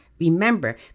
remember